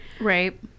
right